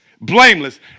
blameless